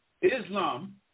Islam